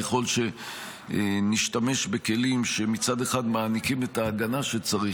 ככל שנשתמש בכלים שמצד אחד מעניקים את ההגנה שצריך